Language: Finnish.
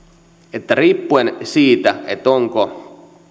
että riippuen siitä onko